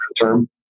term